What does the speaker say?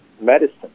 medicine